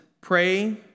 pray